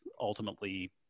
ultimately